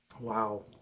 Wow